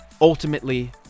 Ultimately